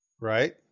right